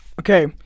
Okay